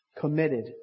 Committed